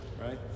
right